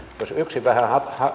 jos yksi vähän